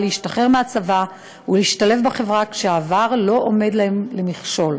להשתחרר מהצבא ולהשתלב בחברה כשהעבר לא עומד להם למכשול.